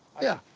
yeah.